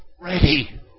ready